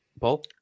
Paul